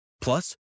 Plus